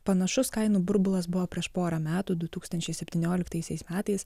panašus kainų burbulas buvo prieš porą metų du tūkstančiai septynioliktaisiais metais